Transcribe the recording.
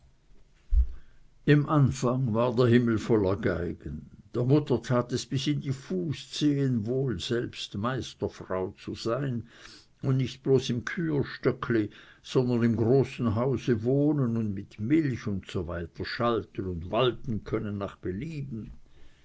im anfang war der himmel voller geigen der mutter tat es bis in die fußzehen wohl selbst meisterfrau zu sein und nicht bloß im küherstöckli sondern im großen hause wohnen und mit milch usw schalten und walten zu können nach belieben